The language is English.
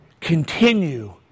continue